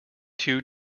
two